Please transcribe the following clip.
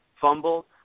fumble